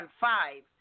five